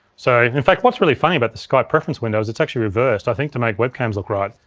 so, in fact, what's really funny about the skype preference window is it's actually reversed, i think to make webcams look right,